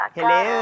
Hello